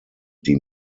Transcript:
die